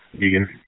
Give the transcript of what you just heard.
Egan